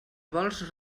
vols